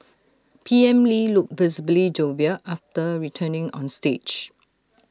P M lee looked visibly jovial after returning on stage